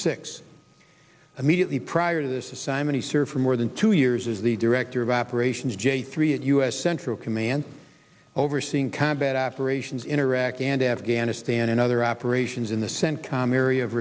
six immediately prior to this assignment sir for more than two years as the director of operations j three at u s central command overseeing combat operations in iraq and afghanistan and other operations in the centcom area of